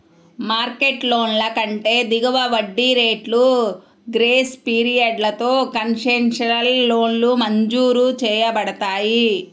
market లోన్ల కంటే దిగువ వడ్డీ రేట్లు, గ్రేస్ పీరియడ్లతో కన్సెషనల్ లోన్లు మంజూరు చేయబడతాయి